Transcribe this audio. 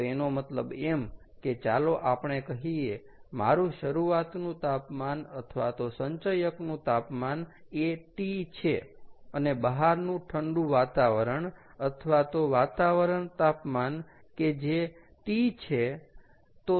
તો એનો મતલબ એમ કે ચાલો આપણે કહીએ મારું શરૂઆતનું તાપમાન અથવા તો સંચયકનું તાપમાન એ T છે અને બહારનું ઠંડુ વાતાવરણ અથવા તો વાતાવરણ તાપમાન કે જે T છે